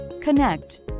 connect